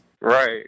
Right